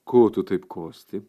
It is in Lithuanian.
ko tu taip kosti